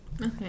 Okay